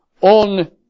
on